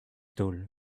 taol